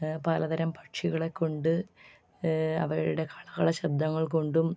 പല തരം പക്ഷികളെ കൊണ്ട് അവയുടെ കളകള ശബ്ദങ്ങൾ കൊണ്ടും